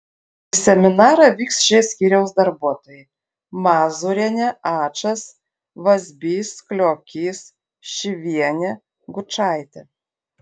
į seminarą vyks šie skyriaus darbuotojai mazūrienė ačas vazbys kliokys šyvienė gučaitė